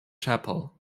chapel